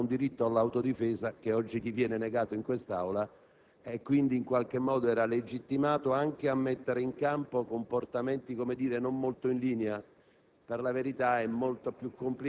Alla fin fine, Vernetti esercitava un diritto all'autodifesa che oggi gli viene negato in quest'Aula, per cui era legittimato anche a mettere in campo comportamenti non molto in linea;